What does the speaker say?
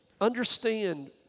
understand